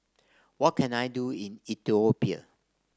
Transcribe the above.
what can I do in Ethiopia